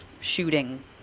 shooting